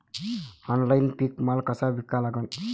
Online पीक माल कसा विका लागन?